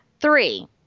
three